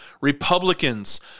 Republicans